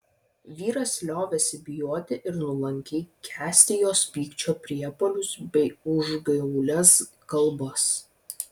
vyras liovėsi bijoti ir nuolankiai kęsti jos pykčio priepuolius bei užgaulias kalbas